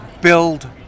build